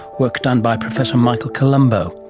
work done by professor michael colombo.